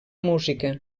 música